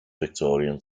victorian